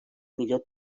millor